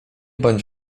bądź